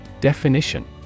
Definition